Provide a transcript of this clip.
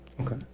Okay